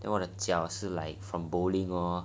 then 我的脚是 like from bowling lor